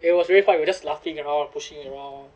it was really fun we'll just laughing around pushing around